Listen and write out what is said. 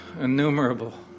innumerable